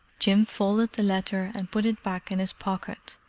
jim folded the letter and put it back in his pocket,